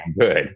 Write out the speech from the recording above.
good